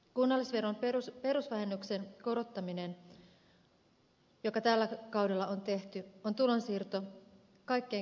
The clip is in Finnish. kunnallisveron perusvähennyksen korottaminen joka tällä kaudella on tehty on tulonsiirto kaikkein köyhimmille